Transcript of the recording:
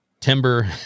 Timber